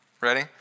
Ready